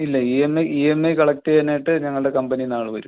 ഇല്ല E M I E M I collect ചെയ്യാനായിട്ട് ഞങ്ങളുടെ കമ്പനിയിൽ നിന്ന് ആൾ വരും